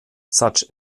such